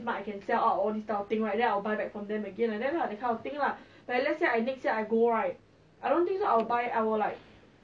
oh that one is the illegal one